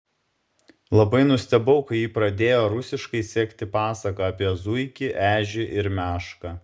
labai nustebau kai ji pradėjo rusiškai sekti pasaką apie zuikį ežį ir mešką